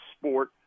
sport